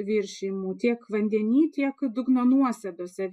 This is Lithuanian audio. viršijimų tiek vandeny tiek dugno nuosėdose